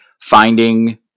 finding